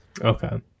Okay